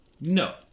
No